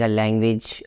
language